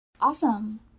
Awesome